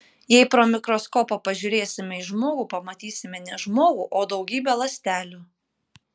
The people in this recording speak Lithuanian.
jei pro mikroskopą pažiūrėsime į žmogų pamatysime ne žmogų o daugybę ląstelių